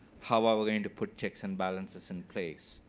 how are we going to put checks and balances in place?